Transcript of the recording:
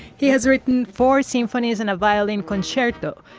he has written for symphony isn't a violin concerto.